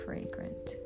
fragrant